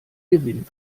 gewinn